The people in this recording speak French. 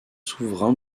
souverain